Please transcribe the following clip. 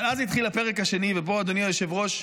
אבל אז התחיל הפרק השני, ופה, אדוני היושב-ראש,